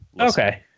okay